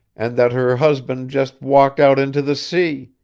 and that her husband just walked out into the sea,